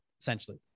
essentially